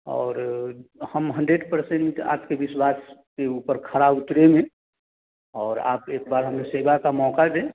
और हम hundred percent आपके विश्वास के ऊपर खरा उतरेंगे और आप एक बार हमें सेवा का मौका दें